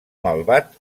malvat